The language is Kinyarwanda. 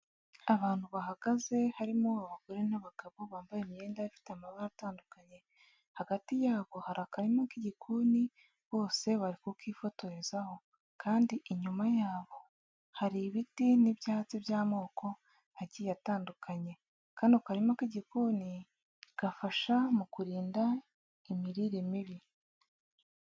Abantu bahagaze harimo abagore n'abagabo bambaye imyenda ifite amabara atandukanye hagati yaboko hari akarima k'igikoni bose bari kukifotorezaho kandi inyuma yabo hari ibiti n'ibyatsi by'amoko agiye atandukanye, kano karima k'igikoni gafasha mu kurinda imirire mibi.